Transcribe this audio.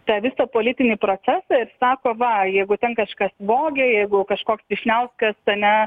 tą visą politinį procesą ir sako va jeigu ten kažkas vogė jeigu kažkoks vyšniauskas ar ne